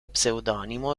pseudonimo